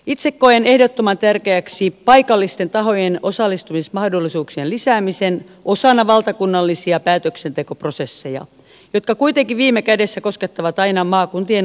itse koen ehdottoman tärkeäksi paikallisten tahojen osallistumismahdollisuuksien lisäämisen osana valtakunnallisia päätöksentekoprosesseja jotka kuitenkin viime kädessä koskettavat aina maakuntien asukkaita